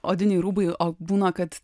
odiniai rūbai o būna kad